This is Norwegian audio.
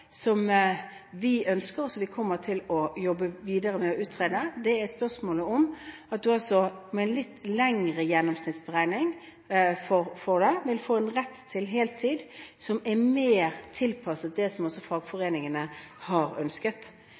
vi ønsker, som vi kommer til å jobbe videre med å utrede. Det går på at man med en litt lengre gjennomsnittsberegning vil få en rett til heltid som er mer tilpasset det som også fagforeningene har ønsket.